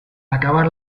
acabar